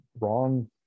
wrong